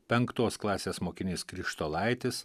penktos klasės mokinys krištolaitis